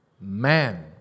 man